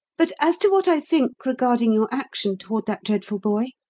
but as to what i think regarding your action toward that dreadful boy.